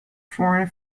foreign